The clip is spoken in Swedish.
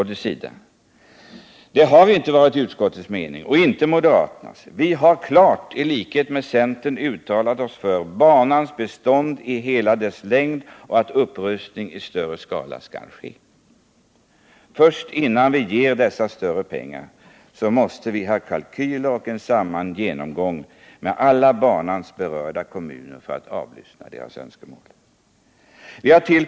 Detta har inte varit utskottets mening och inte moderaternas. Vi har i likhet med centern klart uttalat oss för banans bestånd i hela dess längd och att upprustning i större skala skall ske. Innan vi ger dessa större pengar måste vi ha kalkyler och en samlad genomgång med alla av banan berörda kommuner för att avlyssna deras önskemål.